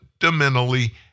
fundamentally